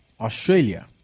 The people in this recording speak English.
Australia